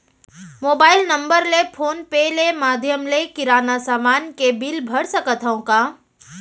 Mobile number ले phone पे ले माधयम ले किराना समान के बिल भर सकथव का?